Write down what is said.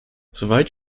soweit